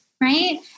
right